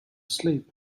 sleep